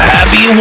Happy